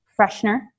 freshener